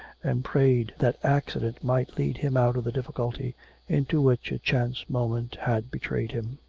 and prayed that accident might lead him out of the difficulty into which a chance moment had betrayed him.